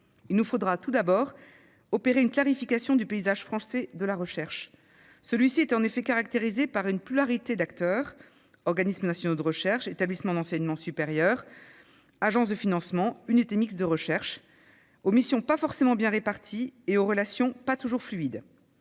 Il nous faudra tout d'abord procéder à une clarification du paysage français de la recherche. Celui-ci est en effet constitué d'une pluralité d'acteurs- organismes nationaux de recherche, établissements d'enseignement supérieur, agences de financement, unités mixtes de recherche -, dont les missions ne sont pas forcément bien réparties et les relations pas toujours fluides.